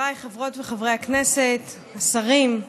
חבריי חברות וחברי הכנסת, השרים,